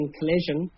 Collision